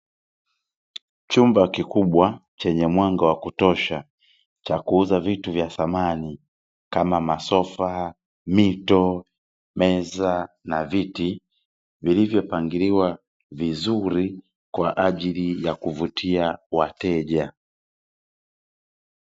Chumba kikubwa chenye mwanga wa kutosha cha kuuza vitu vya samani kama; masofa, mito, meza, na viti vilivyopangiliwa vizuri kwa ajili yakuvutia wateja.